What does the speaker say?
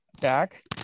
back